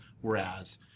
whereas